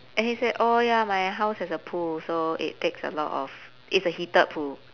and he said oh ya my house has a pool so it takes a lot of it's a heated pool